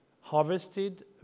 harvested